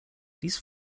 these